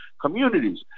communities